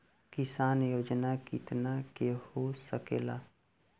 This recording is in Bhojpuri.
किसान योजना कितना के हो सकेला?